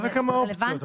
מה זה כמה אופציות?